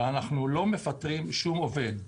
אבל אנחנו לא מפטרים שום עובד.